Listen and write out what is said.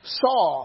saw